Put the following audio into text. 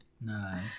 No